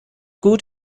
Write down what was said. good